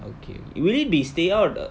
okay will it be stay out